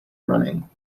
running